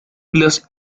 los